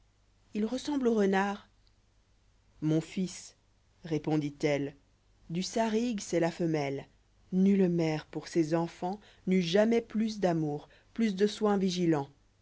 il ressemble au renard mon fils répondit-elle du sarigue c'est la femelle nulle mère pour ses enfants n'eût jamais plus d'amour plus de seins'vigilants